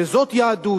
וזאת יהדות.